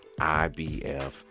IBF